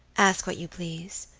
ask what you please,